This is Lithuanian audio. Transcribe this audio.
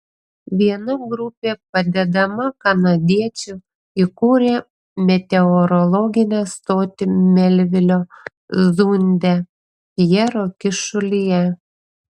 viena grupė padedama kanadiečių įkūrė meteorologinę stotį melvilio zunde pjero kyšulyje